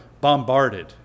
bombarded